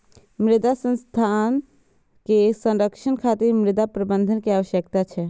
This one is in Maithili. मृदा संसाधन के संरक्षण खातिर मृदा प्रबंधन के आवश्यकता छै